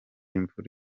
imvura